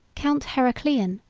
count heraclian,